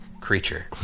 creature